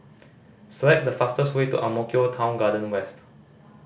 select the fastest way to Ang Mo Kio Town Garden West